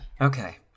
Okay